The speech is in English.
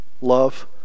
love